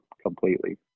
completely